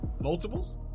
Multiples